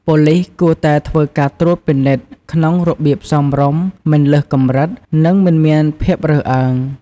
ប៉ូលិសគួរតែធ្វើការត្រួតពិនិត្យក្នុងរបៀប សមរម្យ មិនលើសកម្រិត និងមិនមានភាពរើសអើង។